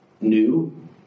new